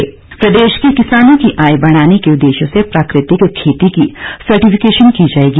वीरेन्द्र कंवर प्रदेश के किसानों की आय बढ़ाने के उद्देश्य से प्राकृतिक खेती की सर्टिफिकेशन की जाएगी